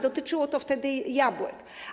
Dotyczyło to wtedy jabłek.